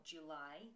July